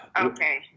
Okay